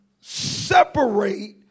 separate